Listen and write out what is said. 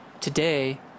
Today